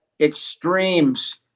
extremes